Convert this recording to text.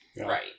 Right